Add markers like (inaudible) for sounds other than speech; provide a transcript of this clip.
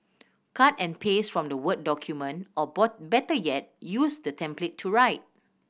cut and paste from the word document or (unintelligible) better yet use the template to write